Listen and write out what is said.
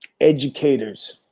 educators